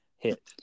hit